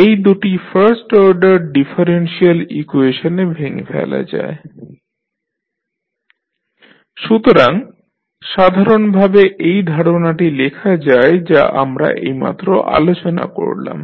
এই দুটি first order differential ইকুয়েশনে ভেঙে ফেলা যায় x2tdx1dt dx2dt 1LCx1t RLx2t1Let সুতরাং সাধারণভাবে এই ধারণাটি লেখা যায় যা আমরা এইমাত্র আলোচনা করলাম